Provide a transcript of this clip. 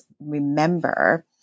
remember